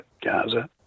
Gaza